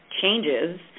changes